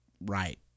right